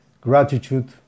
gratitude